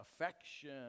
affection